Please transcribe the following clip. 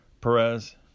Perez